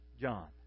John